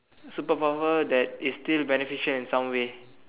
super power that is still beneficial in some way